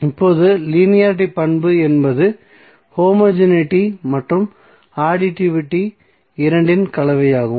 இப்போது லீனியாரிட்டி பண்பு என்பது ஹோமோஜெனிட்டி மற்றும் அடிட்டிவிட்டி இரண்டின் கலவையாகும்